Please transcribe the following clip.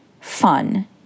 fun